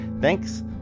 thanks